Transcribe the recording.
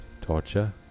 Torture